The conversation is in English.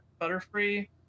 Butterfree